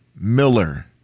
Miller